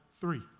three